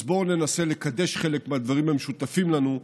אז בואו ננסה לקדש חלק מהדברים המשותפים לנו,